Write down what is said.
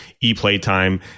E-playtime